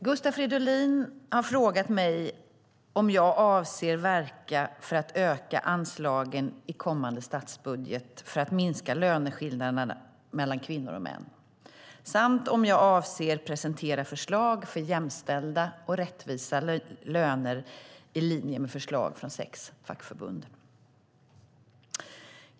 Herr talman! Gustav Fridolin har frågat mig om jag avser att verka för att öka anslagen i kommande statsbudget för att minska löneskillnaderna mellan kvinnor och män samt om jag avser att presentera förslag för jämställda och rättvisa löner i linje med förslag från sex fackförbund.